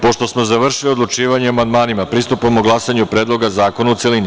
Pošto smo završili odlučivanje o amandmanima, pristupamo glasanju Predloga zakona, u celini.